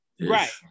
Right